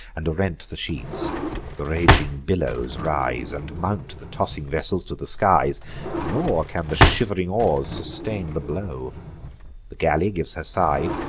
and rent the sheets the raging billows rise, and mount the tossing vessels to the skies nor can the shiv'ring oars sustain the blow the galley gives her side,